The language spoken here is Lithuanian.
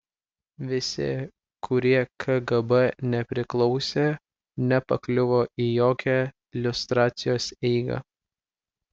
visi kurie kgb nepriklausė nepakliuvo į jokią liustracijos eigą